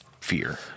fear